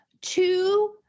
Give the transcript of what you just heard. two